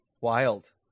Wild